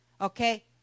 Okay